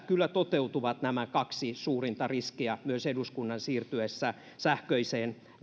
kyllä toteutuvat nämä kaksi suurinta riskiä myös eduskunnan siirtyessä sähköiseen